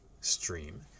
stream